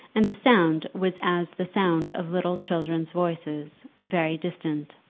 and the sound was as the sound of little children's voices, very distant.